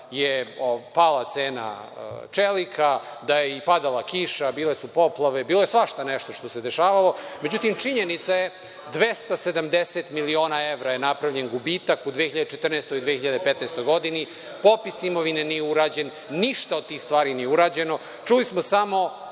je pala cena čelika, da je i padala kiša, bile su poplave, bilo je svašta nešto što se dešavalo, međutim, činjenica je 270 miliona evra je napravljen gubitak u 2014, 2015. godini. Popis imovine nije urađen, ništa od tih stvari nije urađeno. Čuli smo samo